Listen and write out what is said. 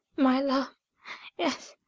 my love yes,